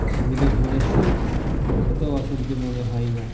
অসুবিধে হলে পরেও সেটা অসুবিধে মনে হয় না